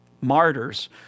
Martyrs